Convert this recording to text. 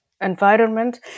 environment